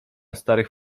starych